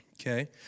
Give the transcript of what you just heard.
okay